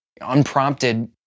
Unprompted